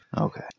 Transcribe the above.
Okay